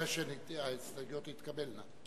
אחרי שההסתייגויות תתקבלנה.